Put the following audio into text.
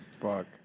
Fuck